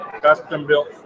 Custom-built